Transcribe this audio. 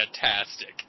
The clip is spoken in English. fantastic